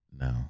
No